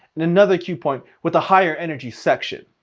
and another cue point with the higher energy section.